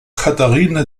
katharina